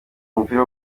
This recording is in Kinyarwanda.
umupira